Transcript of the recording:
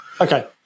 Okay